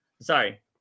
Sorry